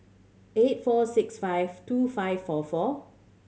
eight four six five two five four four